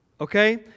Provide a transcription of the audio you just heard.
okay